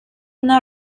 una